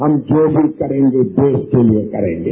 हम जो भी करेंगे देश के लिये करेंगे